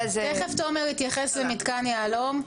תיכף תומר יתייחס למתקן יהלו"ם.